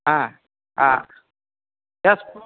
हँ हँ